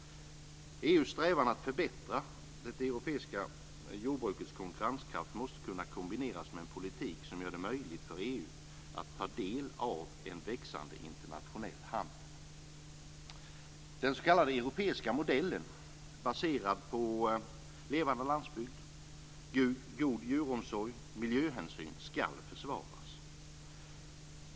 EU:s strävan att öka det europeiska jordbrukets konkurrenskraft måste kunna kombineras med en politik som gör det möjligt för EU att ta del av en växande internationell handel. Den s.k. europeiska modellen baserad på levande landsbygd, god djuromsorg och miljöhänsyn ska försvaras.